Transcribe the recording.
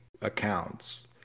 accounts